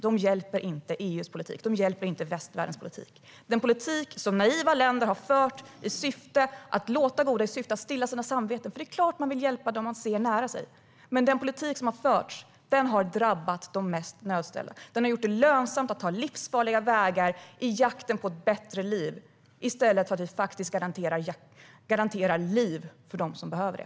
Det är klart att man vill hjälpa dem man ser nära sig, men den politik som naiva länder har fört i syfte att stilla sitt samvete har drabbat de mest nödställda. Den har gjort det lönsamt att ta livsfarliga vägar i jakten på ett bättre liv i stället för att vi garanterar liv för dem som behöver det.